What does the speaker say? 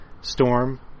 Storm